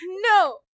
No